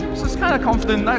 kind of confident.